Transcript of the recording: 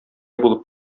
булып